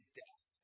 death